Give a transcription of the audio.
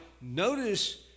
notice